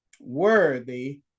worthy